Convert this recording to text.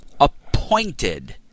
appointed